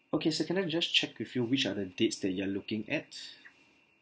okay sir can I just check with you which are the dates that you are looking at